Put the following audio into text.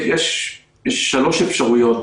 יש שלוש אפשרויות.